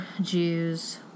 Jews